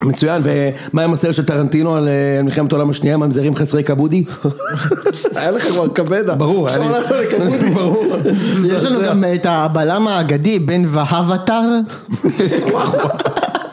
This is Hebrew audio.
מצוין, ומה עם הסרט של טרנטינו על מלחמת העולם השנייה ממזרים חסרי כבודי? היה לך כבר כבדה. ברור, היה לי. שואלתם לי כבודי, ברור. יש לנו גם את הבלם האגדי, בן ואהב אתר.